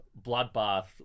bloodbath